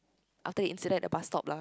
after the incident at the bus stop lah